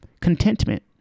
contentment